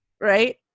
Right